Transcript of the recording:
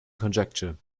conjecture